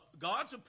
God's